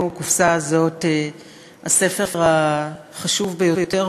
בקופסה הזאת הספר החשוב ביותר,